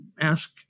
ask